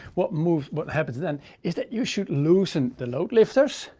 what moves, what happens then is that you should loosen the load lifters,